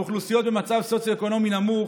אוכלוסיות במצב סוציו-אקונומי נמוך.